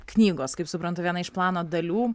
knygos kaip suprantu viena iš plano dalių